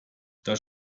das